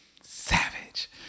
savage